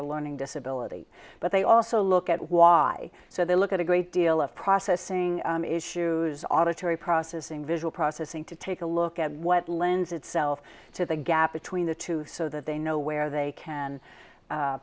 a learning disability but they also look at why so they look at a great deal of processing issues auditory processing visual processing to take a look at what lends itself to the gap between the two so that they know where they can